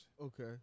Okay